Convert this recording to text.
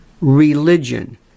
religion